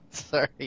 Sorry